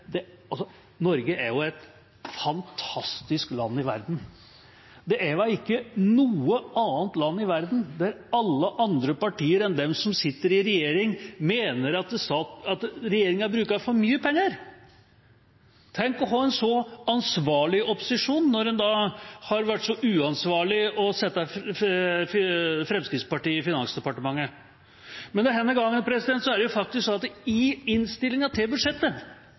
ikke noe annet land i verden der alle andre partier enn dem som sitter i regjering, mener at regjeringa bruker for mye penger. Tenk å ha en så ansvarlig opposisjon når en har vært så uansvarlig å sette Fremskrittspartiet i Finansdepartementet. Denne gangen sier Finansdepartementet i innstillinga til budsjettet at den årlige påplussingen når det gjelder oljepengebruk som vi har sett under denne regjeringa, ikke kan fortsette. Ja, egentlig er det sånn at Finansdepartementet sier at